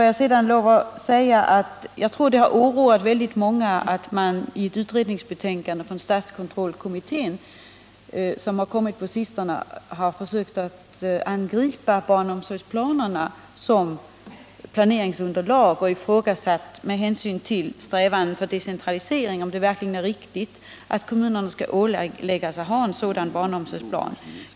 Jag tror det oroat väldigt många att statskontrollkommittén i ett utredningsbetänkande som kommit på sistone försökt angripa barnomsorgsplanerna som planeringsunderlag och med hänsyn till strävanden mot decentralisering ifrågasatt om det verkligen är riktigt att kommunerna skall åläggas att ha en sådan barnomsorgsplan.